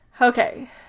Okay